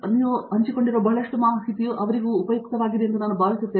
ನೀವು ಹಂಚಿಕೊಂಡಿರುವ ಬಹಳಷ್ಟು ಮಾಹಿತಿಯು ಅವರಿಗೆ ತುಂಬಾ ಉಪಯುಕ್ತವೆಂದು ನಾನು ಭಾವಿಸುತ್ತೇನೆ